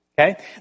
okay